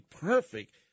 perfect